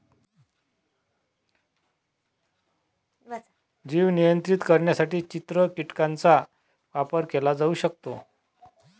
जीव नियंत्रित करण्यासाठी चित्र कीटकांचा वापर केला जाऊ शकतो